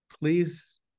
please